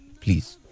Please